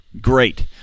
Great